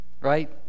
Right